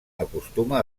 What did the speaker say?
acostuma